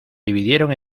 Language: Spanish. dividieron